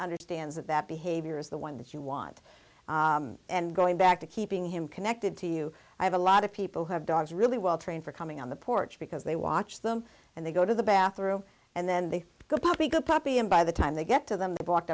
understands that that behavior is the one that you want and going back to keeping him cannot did to you i have a lot of people have dogs really well trained for coming on the porch because they watch them and they go to the bathroom and then they go puppy good puppy and by the time they get to them they blocked